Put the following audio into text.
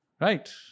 Right